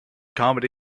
comedy